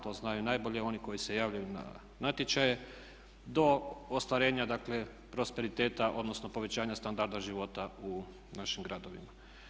To znaju najbolje oni koji se javljaju na natječaje do ostvarenja, dakle prosperiteta odnosno povećanja standarda života u našim gradovima.